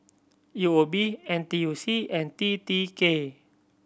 U O B N T U C and T T K